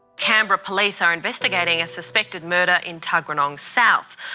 canberra police are investigating a suspected murder in tuggeranong's south.